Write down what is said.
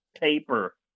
paper